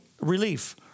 relief